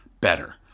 better